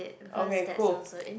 okay cool